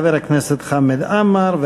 חבר הכנסת חמד עמאר,